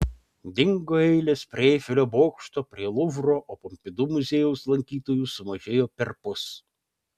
dingo eilės prie eifelio bokšto prie luvro o pompidu muziejaus lankytojų sumažėjo perpus